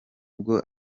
bwo